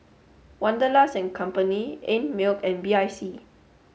Wanderlust Company Einmilk and B I C